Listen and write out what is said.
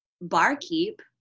barkeep